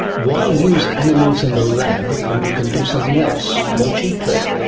why use animals in the lab when you can do something else more cheaply?